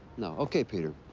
no. okay, peter.